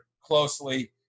closely